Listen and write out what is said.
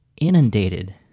inundated